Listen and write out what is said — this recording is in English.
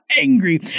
angry